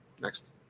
Next